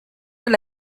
alla